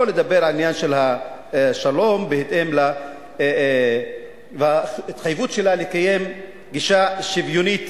שלא לדבר על העניין של השלום ועל ההתחייבות שלה לקיים גישה שוויונית